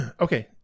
Okay